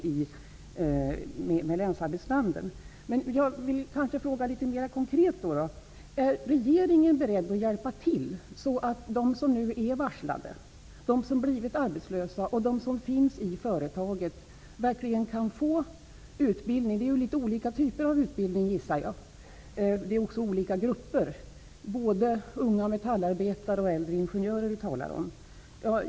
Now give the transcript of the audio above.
Litet mera konkret vill jag fråga: Är regeringen beredd att hjälpa till, så att de som nu är varslade, de som har blivit arbetslösa och de som finns i företaget verkligen kan få utbildning? Det blir fråga om litet olika typer av utbildning gissar jag. Det är ju olika grupper -- unga Metallarbetare och äldre ingenjörer -- som vi talar om.